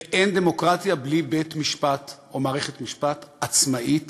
ואין דמוקרטיה בלי בית-המשפט או מערכת משפט עצמאית